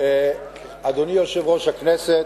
אדוני יושב-ראש הכנסת,